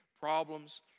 problems